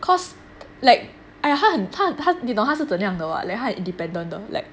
cause like !aiya! 他很他很他你懂他是怎样的 what like 他很 independent 的 like